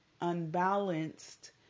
unbalanced